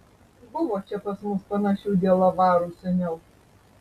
buvo čia pas mus panašių dielavarų seniau